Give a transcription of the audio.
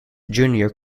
junior